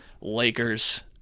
Lakers